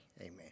Amen